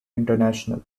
international